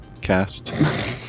cast